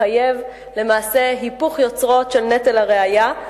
אלה המקרים שבהם החוק מחייב למעשה היפוך יוצרות של נטל הראיה,